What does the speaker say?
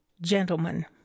gentlemen